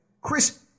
Chris